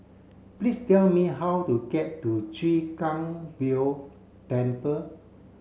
please tell me how to get to Chwee Kang Beo Temple